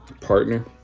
partner